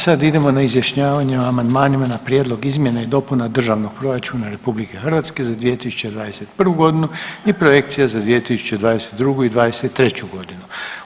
Sad idemo na izjašnjavanje o amandmanima na Prijedlog izmjena i dopuna Državnog proračuna RH za 2021. godinu i projekcija za 2022. i 2023. godinu.